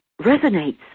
resonates